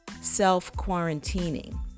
self-quarantining